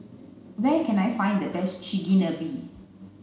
where can I find the best Chigenabe